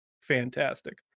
fantastic